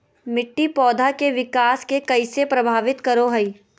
मिट्टी पौधा के विकास के कइसे प्रभावित करो हइ?